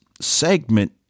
segment